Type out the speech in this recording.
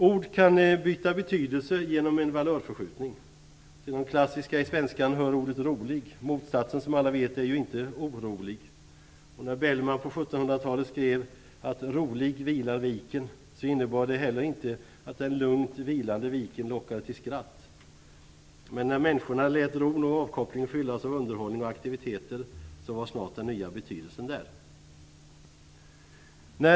Ord kan byta betydelse genom en valörförskjutning. Till de klassiska exemplen på detta i svenskan hör ordet rolig. Motsatsen, som alla vet, är ju inte orolig. När Bellman på 1700-talet skrev "rolig vilar viken" innebar det heller inte att den lugnt vilande viken lockade till skratt. Men när människorna lät ron och avkopplingen fyllas av underhållning och aktiviteter var snart den nya betydelsen där.